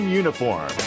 uniform